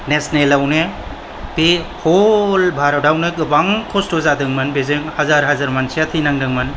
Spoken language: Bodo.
नेशनेलावनो बे हल भारतावनो गोबां क्सट' जादोंमोन बेजों हाजार हाजार मानसिया थैनांदोंमोन